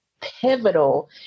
pivotal